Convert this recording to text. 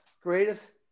greatest